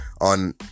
on